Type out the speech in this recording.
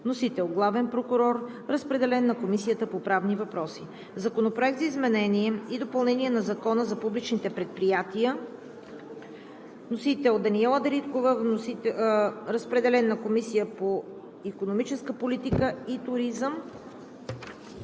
Вносител – главният прокурор. Разпределен е на Комисията по правни въпроси. Законопроект за изменение и допълнение на Закона за публичните предприятия. Вносител – Даниела Дариткова. Разпределен е на Комисията по икономическа политика и туризъм.